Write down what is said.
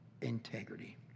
integrity